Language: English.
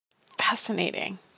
Fascinating